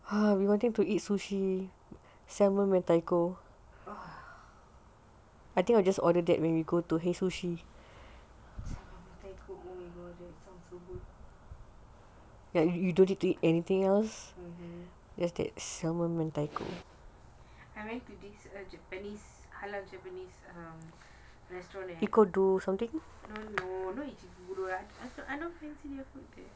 salmon mentaiko oh my god that sounds so good I went to this japanese halal japanese restaurant at no no ichikuro I not staying